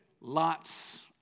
lots